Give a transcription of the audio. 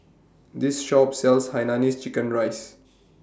This Shop sells Hainanese Chicken Rice